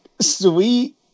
sweet